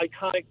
iconic